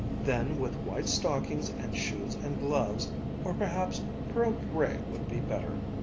then, with white stockings and shoes and gloves or perhaps pearl-gray would be better.